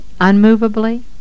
unmovably